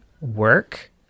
work